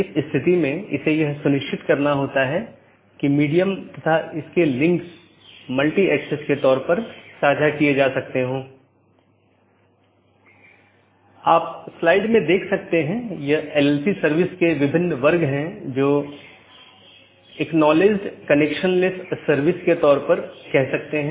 त्रुटि स्थितियों की सूचना एक BGP डिवाइस त्रुटि का निरीक्षण कर सकती है जो एक सहकर्मी से कनेक्शन को प्रभावित करने वाली त्रुटि स्थिति का निरीक्षण करती है